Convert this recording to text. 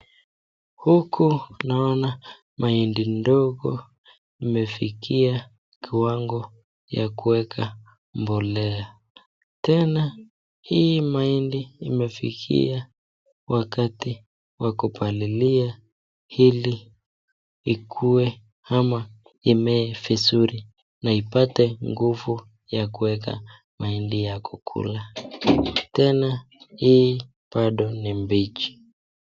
Huku naona mahindi ndogo imefikia kiwango ya kuweka mbolea tena na hii mahindi imefikia wakati wa kupalilia ili ikue ama imee vizuri na ipate nguvu ya kueka mahindi ya kukula, tena hii bado ni mbichi.